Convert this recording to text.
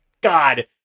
God